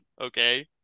okay